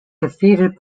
defeated